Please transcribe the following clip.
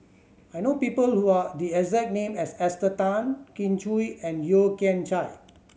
I know people who are the exact name as Esther Tan Kin Chui and Yeo Kian Chai